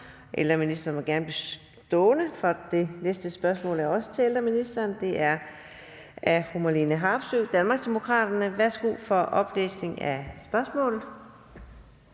Ældreministeren må gerne blive stående, for næste spørgsmål er også til ældreministeren. Det er af fru Marlene Harpsøe, Danmarksdemokraterne. Kl. 16:33 Spm.